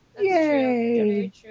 yay